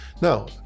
Now